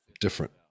Different